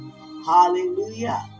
Hallelujah